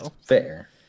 Fair